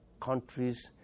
countries